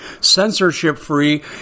censorship-free